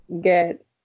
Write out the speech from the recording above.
get